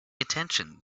attention